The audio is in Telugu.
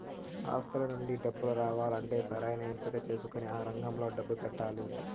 ఆస్తుల నుండి డబ్బు రావాలంటే సరైన ఎంపిక చేసుకొని ఆ రంగంలో డబ్బు పెట్టాలి